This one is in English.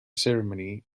ceremony